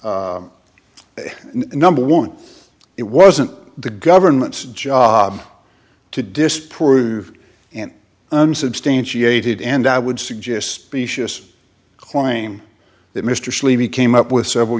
number one it wasn't the government's job to disprove an unsubstantiated and i would suggest specious claim that mr sleazy came up with several